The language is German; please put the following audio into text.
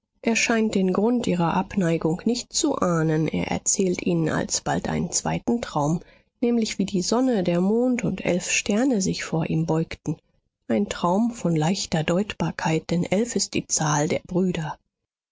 scheint den grund ihrer abneigung nicht zu ahnen er erzählt ihnen alsbald einen zweiten traum nämlich wie die sonne der mond und elf sterne sich vor ihm beugten ein traum von leichter deutbarkeit denn elf ist die zahl der brüder